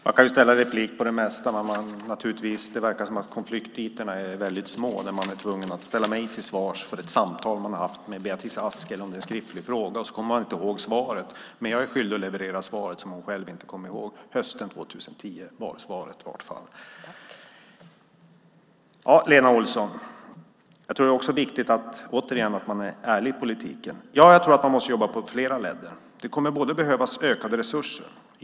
Herr talman! Man kan ställa frågor om det mesta i en replik. Det verkar som att konfliktytorna är väldigt små när man är tvungen att ställa mig till svars för att man inte kommer ihåg svaret på en muntlig eller skriftlig fråga som man har ställt till Beatrice Ask. Jag är tydligen skyldig att leverera det svar som Lena Olsson själv inte kommer ihåg. Hösten 2010, är i varje fall svaret. Det är viktigt att man är ärlig i politiken, Lena Olsson. Jag tror att man måste jobba på flera ledder. Det kommer att behövas ökade resurser.